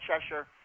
Cheshire